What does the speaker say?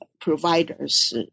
providers